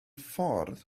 ffordd